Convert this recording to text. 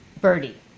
Birdie